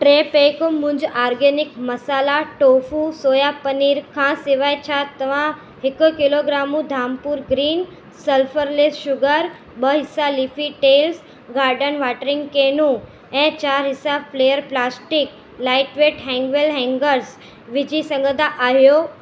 टे पैक मूज organic masala tofu soya paneer खां सवाइ छा तव्हां हिकु kilogram Dhampur green sulphurless sugar ॿ हिसा leafy tales garden watering can ऐं चारि हिसा फ्लेयर प्लास्टिक लाइटवेट हेंगवेल हैंगर्स विझी सघंदा आहियो